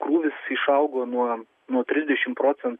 krūvis išaugo nuo nuo trisdešimt procentų